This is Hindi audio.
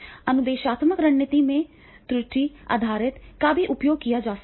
अनुदेशात्मक रणनीतियों में त्रुटि आधारित का भी उपयोग किया जा सकता है